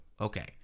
okay